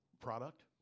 product